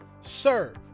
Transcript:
serve